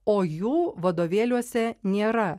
o jų vadovėliuose nėra